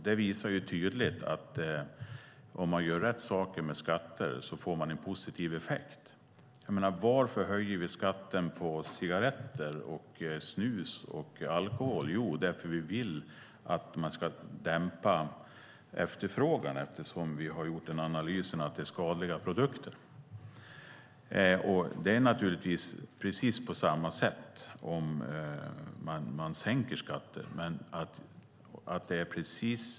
Det visar tydligt att om man gör rätt saker med skatter får man en positiv effekt. Varför höjer vi skatten på cigaretter, snus och alkohol? Jo, därför att vi vill dämpa efterfrågan, eftersom vi har gjort analysen att det är skadliga produkter. Det är naturligtvis på precis samma sätt om man sänker skatten.